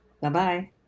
Bye-bye